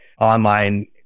online